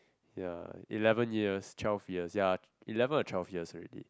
ya eleven years twelve years ya eleven or twelve years already